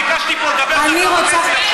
הרי אני ביקשתי פה לדבר דקה וחצי עכשיו.